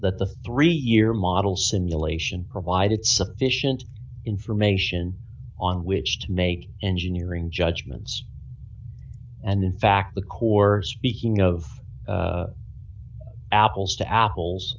the three year model simulation provided sufficient information on which to make engineering judgments and in fact the core speaking of apples to apples